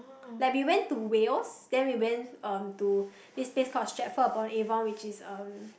like we went to Wales then we went um to this place called Stratford upon Avon which is um